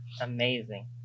Amazing